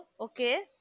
okay